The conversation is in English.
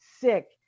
sick